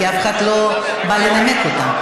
כי אף אחד לא בא לנמק אותה.